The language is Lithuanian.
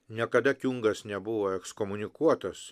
niekada kiungas nebuvo ekskomunikuotas